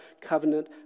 covenant